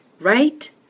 Right